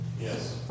Yes